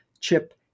CHIP